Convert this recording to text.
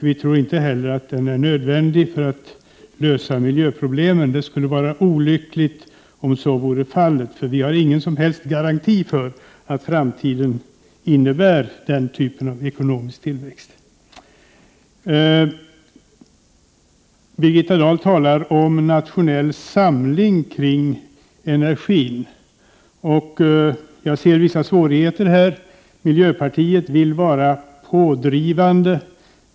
Vi tror inte heller att den är nödvändig för att lösa miljöproblemen. Det skulle vara olyckligt om så vore fallet, för vi har ingen som helst garanti för att framtiden innebär den typen av ekonomisk tillväxt. Birgitta Dahl talar om nationell samling kring energin. Jag ser vissa svårigheter där. Miljöpartiet vill vara pådrivande.